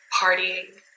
partying